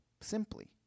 simply